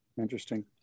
interesting